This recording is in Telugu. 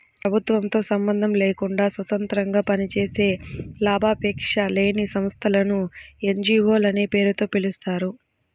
ప్రభుత్వంతో సంబంధం లేకుండా స్వతంత్రంగా పనిచేసే లాభాపేక్ష లేని సంస్థలను ఎన్.జీ.వో లనే పేరుతో పిలుస్తారు